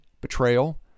betrayal